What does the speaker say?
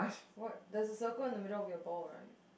what there's a circle on the middle of your ball right